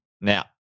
Now